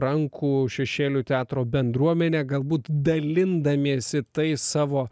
rankų šešėlių teatro bendruomene galbūt dalindamiesi tais savo